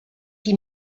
die